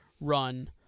run